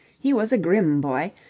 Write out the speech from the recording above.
he was a grim boy,